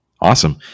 Awesome